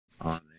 on